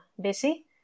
busy